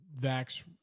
Vax